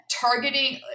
targeting